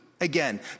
again